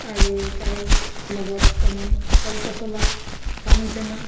আৰু তাৰ লগত আমি কল পচলা পানীটেঙা